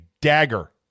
dagger